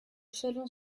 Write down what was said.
chalon